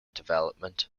development